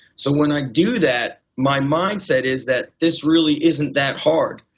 so when i do that my mindset is that this really isn't that hard.